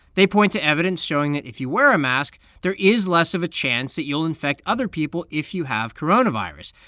they point to evidence showing that if you wear a mask, there is less of a chance that you'll infect other people if you have coronavirus.